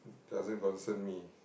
doesn't concern me